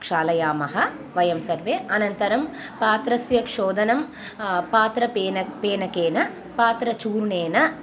क्षालयामः वयं सर्वे अनन्तरं पात्रस्य क्षोदनं पात्रफेनकेन पात्रचूर्णेन